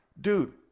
dude